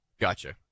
Gotcha